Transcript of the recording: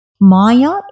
Maya